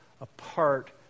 apart